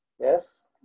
Yes